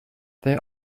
there